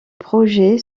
projet